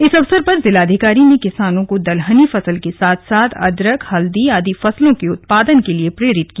इस अवसर पर जिलाधिकारी ने किसानों को दलहनी फसल के साथ साथ अदरक हल्दी आदि फसलों के उत्पादन के लिए प्रेरित किया